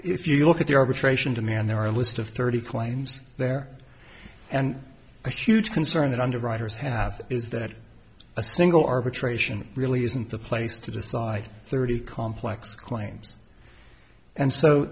if you look at the arbitration demand there are list of thirty claims there and a huge concern that underwriters have is that a single arbitration really isn't the place to decide thirty complex claims and so